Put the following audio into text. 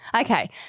Okay